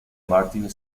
martin